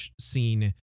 scene